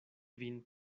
vin